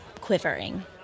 Quivering